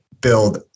build